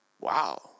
Wow